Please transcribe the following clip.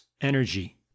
energy